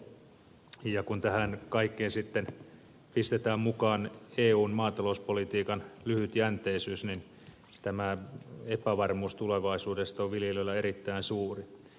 ja kun tähän kaikkeen sitten pistetään mukaan eun maatalouspolitiikan lyhytjänteisyys niin tämä epävarmuus tulevaisuudesta on viljelijöillä erittäin suuri